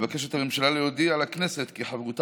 מבקשת הממשלה להודיע לכנסת כי חברותה